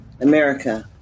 America